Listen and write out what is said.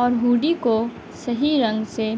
اور ہوڈی کو صحیح رنگ سے